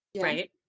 right